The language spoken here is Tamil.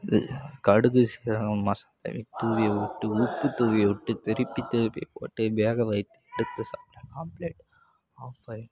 இது கடுகு சீரகம் மசாலாவை தூவி விட்டு உப்பு தூவி விட்டு திருப்பி திருப்பி போட்டு வேக வைத்து எடுத்து சாப்பிட்டால் ஆம்ப்லேட் ஆஃபாயில்